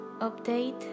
update